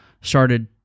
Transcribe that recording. started